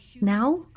Now